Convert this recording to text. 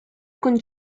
con